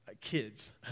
Kids